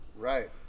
Right